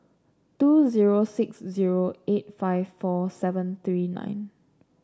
two zero six zero eight five four seven three nine